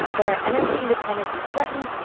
when our energy independence is threatened,